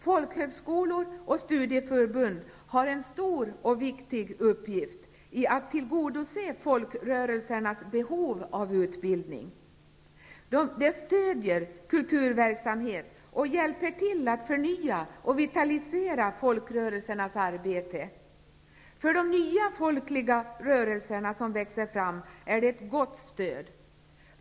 Folkhögskolor och studieförbund har en stor och viktig uppgift i att tillgodose folkrörelsernas behov av utbildning. De stödjer kulturverksamhet och hjälper till att förnya och vitalisera folkrörelsernas arbete. De är ett gott stöd för de nya folkliga rörelser som växer fram.